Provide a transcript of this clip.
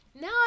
No